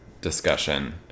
discussion